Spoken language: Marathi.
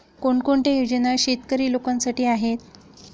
कोणकोणत्या योजना शेतकरी लोकांसाठी आहेत?